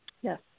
Yes